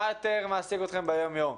מה יותר מעסיק אתכם ביום יום?